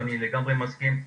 ואני לגמרי מסכים.